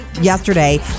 yesterday